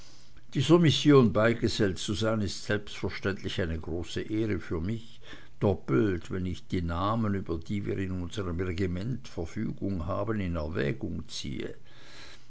dieser mission beigesellt zu sein ist selbstverständlich eine große ehre für mich doppelt wenn ich die namen über die wir in unserm regiment verfügung haben in erwägung ziehe